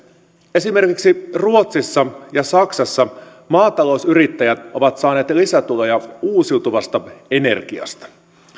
esimerkiksi ruotsissa ja saksassa maatalousyrittäjät ovat saaneet lisätuloja uusiutuvasta energiasta